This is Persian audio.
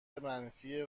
منفی